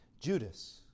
Judas